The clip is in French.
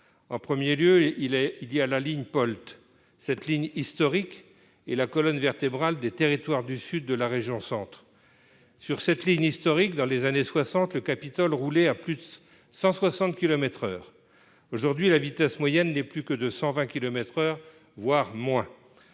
1er lieu et il est, il y a la ligne Polt cette ligne historique et la colonne vertébrale des territoires du sud de la région Centre, sur cette ligne historique dans les années 60 le Capitole rouler à plus de 160 kilomètres heure aujourd'hui la vitesse moyenne des plus que de 120 kilomètres heure, voire moins,